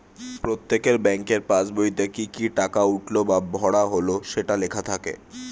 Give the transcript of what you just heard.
প্রত্যেকের ব্যাংকের পাসবইতে কি কি টাকা উঠলো বা ভরা হলো সেটা লেখা থাকে